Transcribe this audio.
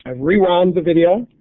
and rewind the video,